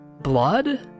Blood